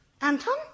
Anton